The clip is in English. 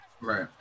Right